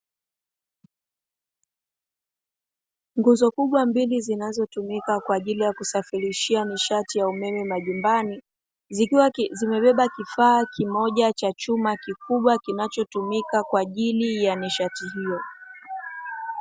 Nguzo kubwa mbili zinazotumika kwa ajili ya kusafirishia nishati ya umeme majumbani, zikiwa zimebeba kifaa kimoja cha chuma kikubwa kinachotumika kwa ajili ya nishati hiyo.